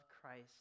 Christ